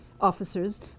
officers